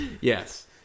Yes